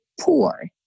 poor